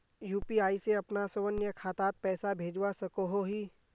UPI से अपना स्वयं खातात पैसा भेजवा सकोहो ही?